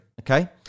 okay